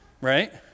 Right